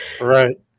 right